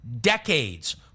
decades